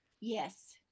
Yes